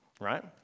right